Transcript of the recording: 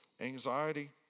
anxiety